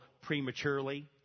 prematurely